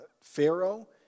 Pharaoh